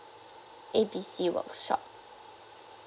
A B C workshop